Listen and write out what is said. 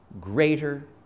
greater